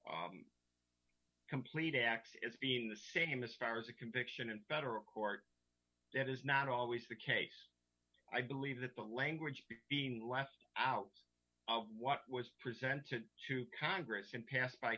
or complete x is being the same misfires a conviction in federal court that is not always the case i believe that the language being left out of what was presented to congress and passed by